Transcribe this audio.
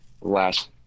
last